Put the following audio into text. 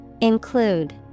Include